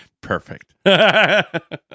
Perfect